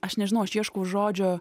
aš nežinau aš ieškau žodžio